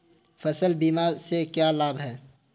फसल बीमा के क्या लाभ हैं?